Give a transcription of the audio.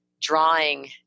drawing